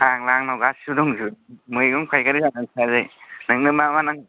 फाग्ला आंनाव गासिबो दंजोबो मैगं फाइखारि जानानै थाया जायो नोंनो मा मा नांगौ